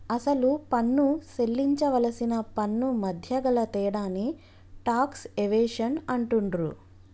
అసలు పన్ను సేల్లించవలసిన పన్నుమధ్య గల తేడాని టాక్స్ ఎవేషన్ అంటుండ్రు